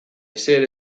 ezer